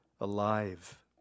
alive